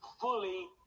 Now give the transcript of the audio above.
fully